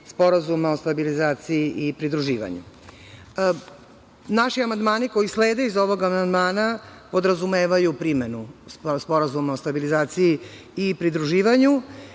Sporazuma o stabilizaciji i pridruživanju. Naši amandmani koji slede iz ovog amandmana podrazumevaju primenu Sporazuma o stabilizaciji i pridruživanju,